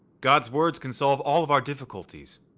god's words can solve all of our difficulties!